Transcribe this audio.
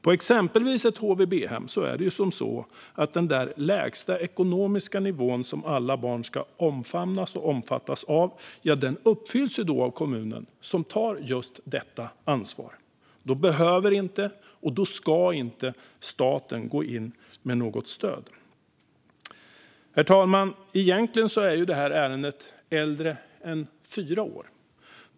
På exempelvis ett HVB-hem uppfylls den lägsta ekonomiska nivå som ska omfamna och omfatta alla barn av kommunen, som tar just detta ansvar. Då behöver inte, och då ska inte, staten gå in med något stöd. Herr talman! Egentligen är detta ärende äldre än fyra år.